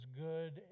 good